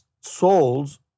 souls